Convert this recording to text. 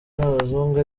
n’abazungu